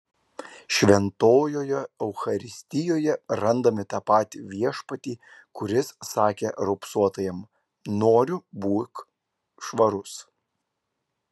šventojoje eucharistijoje randame tą patį viešpatį kuris sakė raupsuotajam noriu būk švarus